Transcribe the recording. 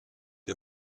ihr